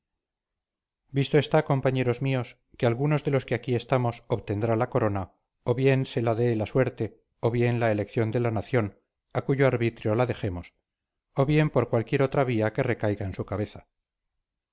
visto está compañeros míos que algunos de los que aquí estamos obtendrá la corona o bien se la de la suerte o bien la elección de la nación a cuyo arbitrio la dejemos o bien por cualquiera otra vía que recaiga en su cabeza